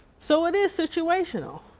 so it is situational,